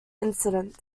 incidents